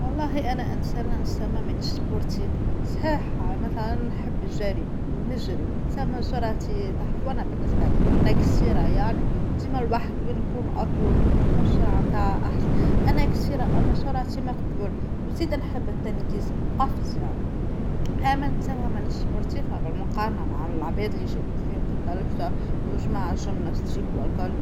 والله أنا إنسانة-إنسانة منيش سبورتيف، صحيح مثلا نحب الجرى ونجرى ونستانا الشراتى يتحفونا بالنسبة لأنى جصيرة يعنى ديما الواحد وين يكون أطول وين تكون السرعة بتاعو أحسن، أنا جصيرة اه بس سرعتى مقبولة وزيدا نحب التنجيز القفز يعنى، دايما نتسابق مع ناس سبورتيف بالمقارنة مع العباد اللى يشبوا فيهم ف التلبوسة مش مع نفسيك والكل.